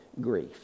grief